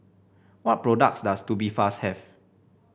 what products does Tubifast have